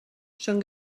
són